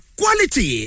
quality